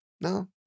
No